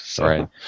Right